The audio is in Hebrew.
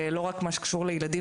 לא רק מה שקשור בילדים,